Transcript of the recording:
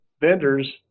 vendors